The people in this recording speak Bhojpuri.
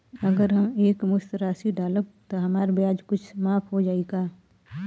अगर हम एक मुस्त राशी डालब त हमार ब्याज कुछ माफ हो जायी का?